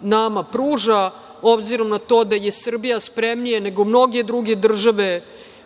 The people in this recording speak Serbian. nama pruža, obzirom na to da je Srbija spremnija nego mnoge druge države